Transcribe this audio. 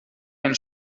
ein